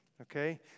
Okay